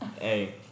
hey